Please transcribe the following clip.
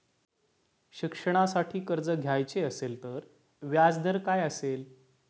शिक्षणासाठी कर्ज घ्यायचे असेल तर व्याजदर काय असेल?